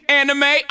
anime